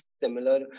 similar